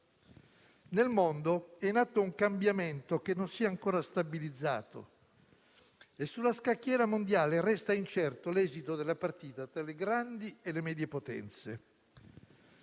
Nel mondo è nato un cambiamento che non si è ancora stabilizzato e sulla scacchiera mondiale resta incerto l'esito della partita tra le grandi e le medie potenze.